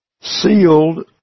sealed